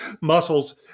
muscles